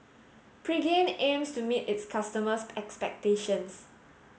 Pregain aims to meet its customers' expectations